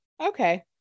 okay